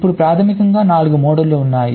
ఇప్పుడు ప్రాథమికంగా 4 మోడ్లు ఉన్నాయి